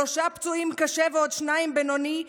שלושה פצועים קשה ועוד שניים בינוני,